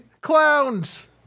clowns